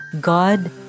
God